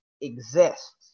exist